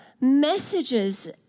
messages